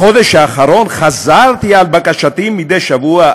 בחודש האחרון חזרתי על בקשתי מדי שבוע,